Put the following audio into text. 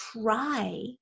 try